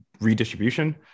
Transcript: redistribution